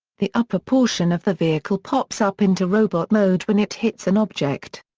the upper portion of the vehicle pops up into robot mode when it hits an object.